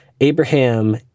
Abraham